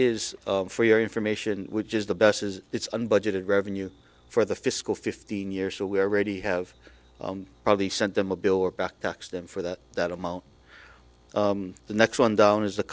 is for your information which is the best is its unbudgeted revenue for the fiscal fifteen years so we already have probably sent them a bill or back tax them for that that amount the next one down is the